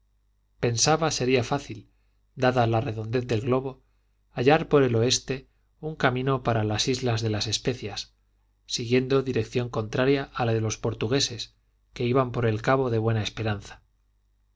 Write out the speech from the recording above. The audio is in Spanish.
pensaba sería fácil dada la redondez del globo hallar por el oeste un camino para las islas de las especias siguiendo dirección contraria a la de los portugueses que iban por el cabo de buena esperanza